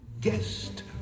guest